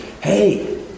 hey